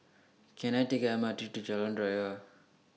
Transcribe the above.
Can I Take The M R T to Jalan Raya